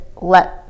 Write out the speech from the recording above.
let